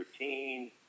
routine